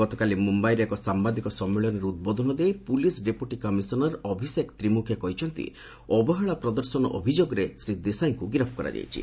ଗତକାଲି ମୁମ୍ବାଇରେ ଏକ ସାମ୍ବାଦିକ ସମ୍ମିଳନୀରେ ଉଦ୍ବୋଧନ ଦେଇ police deputy commissioner Abhishek Trimukhe କହିଛନ୍ତି ଅବହେଳା ପ୍ରଦର୍ଶନ ଅଭିଯୋଗରେ ଶ୍ରୀ ଦେଶାଇଙ୍କୁ ଗିରଫ କରାଯାଇଛି